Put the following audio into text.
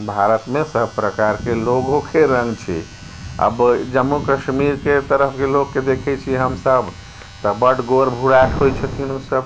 भारतमे सभप्रकारके लोकोके रङ्ग छै आब जम्मू कश्मीरके तरफके लोककेँ देखै छियै हमसभ तऽ बड्ड गोर भुर्राक होइ छथिन ओसभ